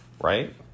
right